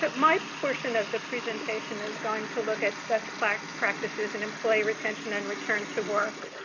but my portion of the presentation is going to look at best practices practices and employee retention and return to work.